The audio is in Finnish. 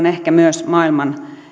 ehkä myös maailman